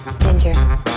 Ginger